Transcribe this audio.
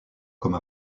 comme